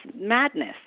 madness